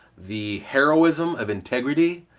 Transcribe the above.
the heroism of integrity,